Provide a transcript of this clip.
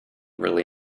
really